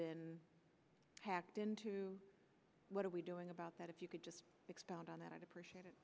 been hacked into what are we doing about that if you could just expand on that i